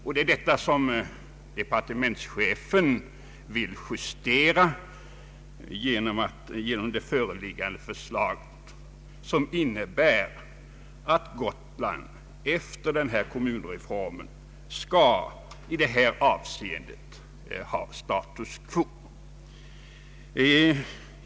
Denna försämring vill departe mentschefen justera genom det föreliggande förslaget, som innebär att Gotland efter denna kommunreform i detta avseende skall bibehålla status quo.